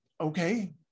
Okay